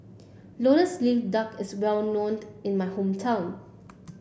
lotus leaf duck is well known in my hometown